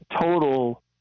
total